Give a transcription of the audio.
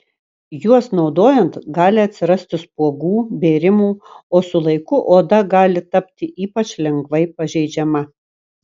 juos naudojant gali atsirasti spuogų bėrimų o su laiku oda gali tapti ypač lengvai pažeidžiama